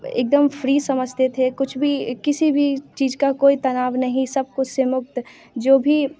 एक दम फ्री समझते थे कुछ भी किसी भी चीज़ का कोई तनाव नहीं सब कुछ जो भी